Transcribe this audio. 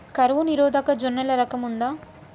కరువు నిరోధక జొన్నల రకం ఉందా?